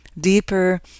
deeper